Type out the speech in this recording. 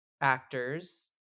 actors